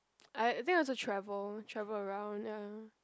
I I think also travel travel around ya